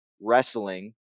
wrestling